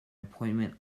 appointment